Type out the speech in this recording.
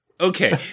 Okay